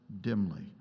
dimly